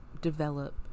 develop